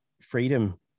freedom